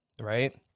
right